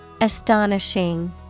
Astonishing